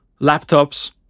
laptops